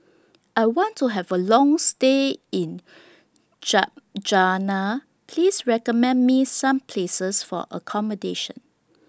I want to Have A Long stay in Ljubljana Please recommend Me Some Places For accommodation